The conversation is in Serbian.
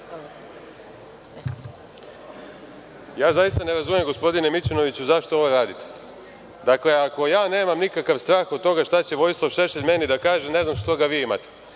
Ja zaista ne razumem, gospodine Mićunoviću, zašto ovo radite. Dakle, ako ja nemam nikakav strah od toga šta će Vojislav Šešelj meni da kaže, ne znam što ga vi imate.